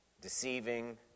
...deceiving